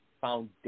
foundation